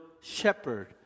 shepherd